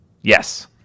Yes